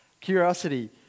Curiosity